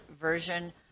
version